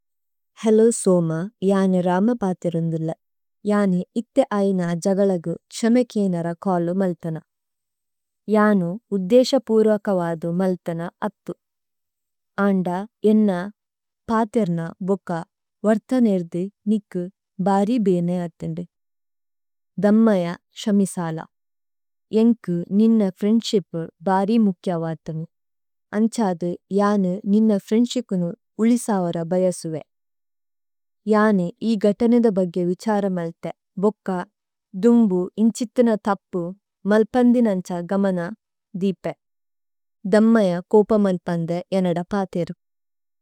Hollow Soma, ജന് രമ പഥിരുന്ദുല। ജന് ഇത്തേ ഐന ജഗലഗു šഅമേ ക്ēനര കോലു മല്തന। ജനു ഉദ്ദേšഅ പുരക വദു മല്തന അത്തു। അന്ദ ഏന്ന പഥിര്ന ബുക വര്തനേര്ദി നിക്കു ബരി ബേനേ അത്തന്ദു। ദമ്മയ, šഅമിസല। ഏന്കു നിന്ന ഫ്രിഏന്ദ്ശിപു ബരി മുക്യ വതന। അന്ചദു, ജനു നിന്ന ഫ്രിഏന്ദ്ശിപുനു ഉലിസൌര ബയസുവേ। ജനു ഇ ഗതനിദ ബഗ്ഗേ വിഛര മല്ത। ഭോക, ദുന്ഗു, ഇന്ഛിത്തിന ഥപ്പു, മല്പന്ദിന അന്ച ഗമന, ദിപേ। ദമ്മയ, കോപ മല്പന്ദേ, ഏന്നദ പഥിരു।